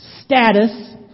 status